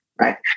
right